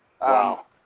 Wow